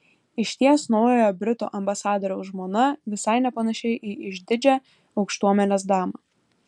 išties naujojo britų ambasadoriaus žmona visai nepanaši į išdidžią aukštuomenės damą